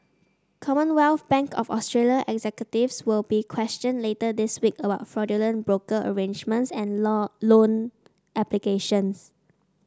Commonwealth Bank of Australia executives will be questioned later this week about fraudulent broker arrangements and law loan applications